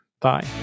bye